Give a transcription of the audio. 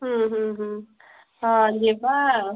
ହୁଁ ହୁଁ ହୁଁ ହଁ ଯିବା